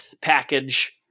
package